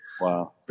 Wow